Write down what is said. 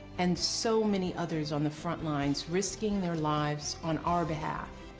and so many others on the front lines risking their lives on our behalf.